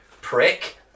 Prick